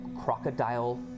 crocodile